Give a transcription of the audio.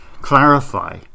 clarify